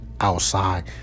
outside